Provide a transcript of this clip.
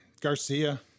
Garcia